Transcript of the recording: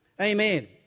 Amen